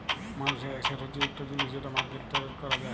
মালুসের এসেট হছে ইকট জিলিস যেট মার্কেটে টেরেড ক্যরা যায়